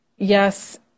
yes